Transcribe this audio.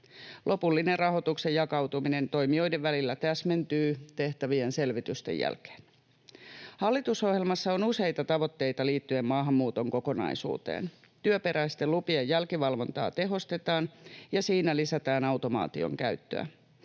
Lopullinen rahoituksen jakautuminen toimijoiden välillä täsmentyy tehtävien selvitysten jälkeen. Hallitusohjelmassa on useita tavoitteita liittyen maahanmuuton kokonaisuuteen. Työperäisten lupien jälkivalvontaa tehostetaan, ja siinä lisätään automaation käyttöä.